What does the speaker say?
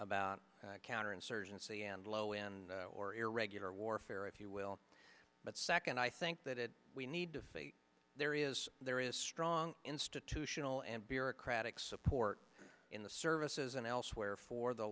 about counterinsurgency and low end or irregular warfare if you will but second i think that we need to there is there is strong institutional and bureaucratic support in the services and elsewhere for the